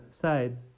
sides